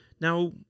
Now